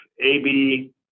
AB